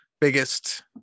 biggest